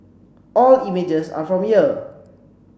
all images are from here